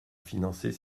financer